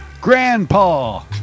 grandpa